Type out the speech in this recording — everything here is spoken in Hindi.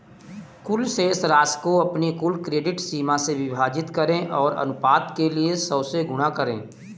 कुल शेष राशि को अपनी कुल क्रेडिट सीमा से विभाजित करें और अनुपात के लिए सौ से गुणा करें